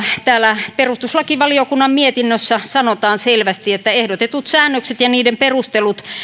täällä perustuslakivaliokunnan lausunnossa sanotaan selvästi että ehdotetut säännökset ja niiden perustelut